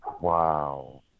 Wow